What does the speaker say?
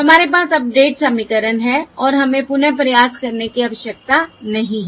हमारे पास अपडेट समीकरण है और हमें पुन प्रयास करने की आवश्यकता नहीं है